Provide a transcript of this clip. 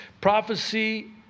prophecy